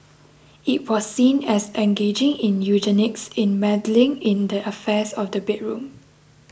it was seen as engaging in eugenics and meddling in the affairs of the bedroom